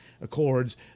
accords